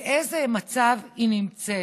באיזה מצב היא נמצאת?